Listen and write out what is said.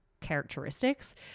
characteristics